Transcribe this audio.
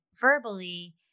verbally